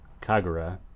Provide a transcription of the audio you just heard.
Kagura